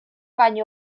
baino